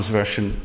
version